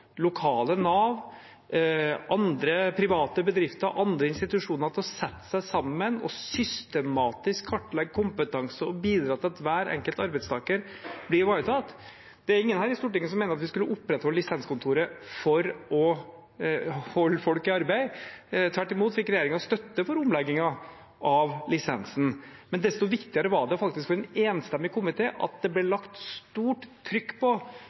lokale Nav, andre private bedrifter og andre institusjoner til å sette seg sammen og systematisk kartlegge kompetansen og bidra til at hver enkelt arbeidstaker blir ivaretatt? Det er ingen her i Stortinget som mener at vi skulle opprettholdt lisenskontoret for å holde folk i arbeid. Tvert imot fikk regjeringen støtte for omleggingen av lisensen. Men desto viktigere var det faktisk for en enstemmig komité at det ble lagt stort trykk på